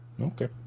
Okay